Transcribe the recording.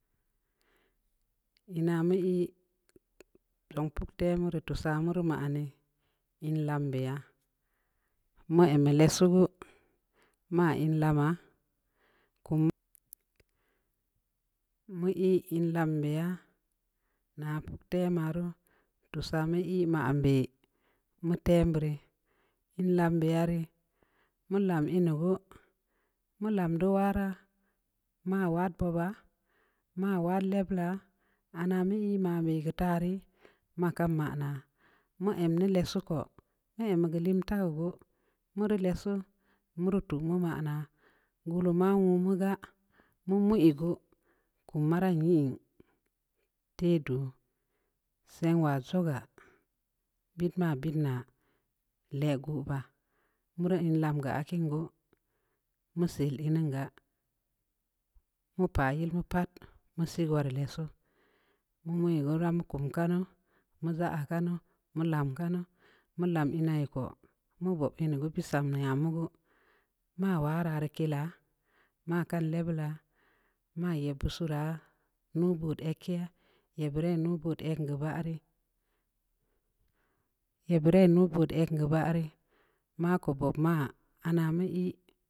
Ina mu ii zong puk temu rii, tuu saa mu teu man dii, in lam beya, mu em ya lessu geu, maa in lamaa, mu ii in lam beya, naa puktema ruu, tuusaa mu ii maan beh, mu tem beu rii, in lam beya rii, mu lam in yi gue, mu lam dii waraa, maa wad bobaa, maa wad lebunaa, anaa mu yi manbeh geu ta rii, ma kan manaa, mu em deu lessu ko, mu em ya geu limtaa gu, mu rii lessu, mu rii tuu mu ma naa, gulu ma nwu mu gaa, mu mui geu, kum maran nyin teh duu, seng waa zogaa, bit ma bidnaa, le guu bah, murii in lam geu akin gu, mu sel in ning gaa, mu paa yil mu pad, mu sii woareu lessu, mu mui geu da mu keum kanu, mu za'a kanu, mu lam kanu, mu lam inai ko, mu bob inai gu, bissam nyamu gu, maa waraa rii kella, maa kaan lebeulaa, maa yebbud suu raa, nuubood egkeya, yeb beud dai nuubood egn geu baah rii, yeb beud dai nuubood egn geu baah rii, maa ko bobma ana mu ii